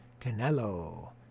Canelo